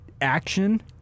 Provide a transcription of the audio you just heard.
action